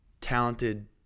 talented